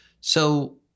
So-